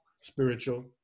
spiritual